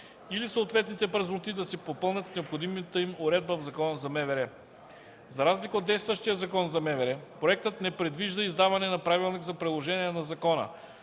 или съответните празноти да се попълнят с необходимата им уредба в Закона за МВР. За разлика от действащия Закон за МВР, проектът не предвижда издаване на правилник за приложение на закона.